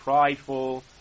prideful